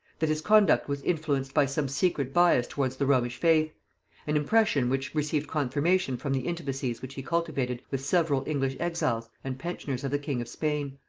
that his conduct was influenced by some secret bias towards the romish faith an impression which received confirmation from the intimacies which he cultivated with several english exiles and pensioners of the king of spain.